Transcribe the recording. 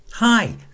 Hi